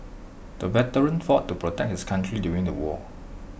the veteran fought to protect his country during the war